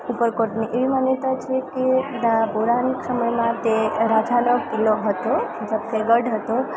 ઉપરકોટની એવી માન્યતા છે કે બધા પૌરાણિક સમયમાં તે રાજાનો કિલ્લો હતો એટલે કે ગઢ હતો